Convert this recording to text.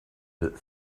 that